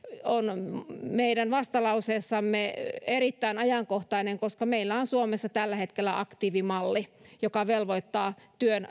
on meidän vastalauseessamme erittäin ajankohtainen koska meillä on suomessa tällä hetkellä aktiivimalli joka velvoittaa